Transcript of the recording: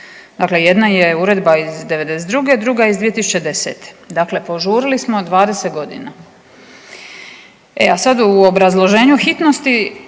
Dakle, jedna je uredba iz '92., druga iz 2010. dakle požurili smo 20 godina. E a sad u obrazloženju hitnosti